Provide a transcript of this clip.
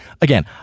again